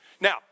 Now